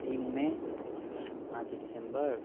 तिन मई पाँच डिसेम्बर